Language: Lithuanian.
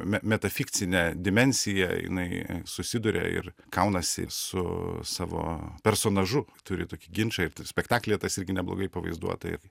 me metakifcinę dimensiją jinai susiduria ir kaunasi su savo personažu turi tokį ginčą ir t spektaklyje tas irgi neblogai pavaizduota ir